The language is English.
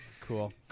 cool